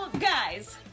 guys